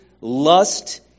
lust